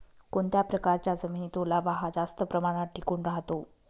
कोणत्या प्रकारच्या जमिनीत ओलावा हा जास्त प्रमाणात टिकून राहतो?